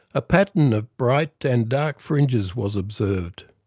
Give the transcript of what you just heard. a pattern of bright and dark fringes was observed.